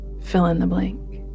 fill-in-the-blank